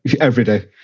everyday